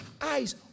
eyes